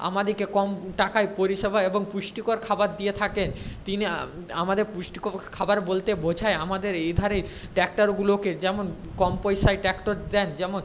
আমাদেকে কম টাকায় পরিষেবা এবং পুষ্টিকর খাবার দিয়ে থাকে তিনি আমাদের পুষ্টিকর খাবার বলতে বোঝায় আমাদের এ ধারে ট্র্যাক্টরগুলোকে যেমন কম পয়সায় ট্র্যাক্টর দেন যেমন